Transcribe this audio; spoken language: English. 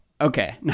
Okay